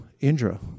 Indra